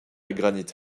granite